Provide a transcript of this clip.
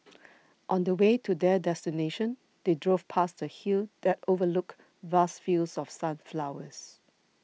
on the way to their destination they drove past a hill that overlooked vast fields of sunflowers